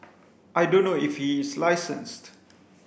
I don't know if he is licensed